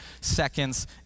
seconds